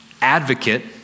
advocate